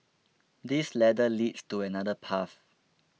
this ladder leads to another path